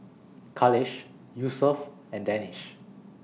Khalish Yusuf and Danish